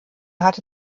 hatte